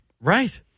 Right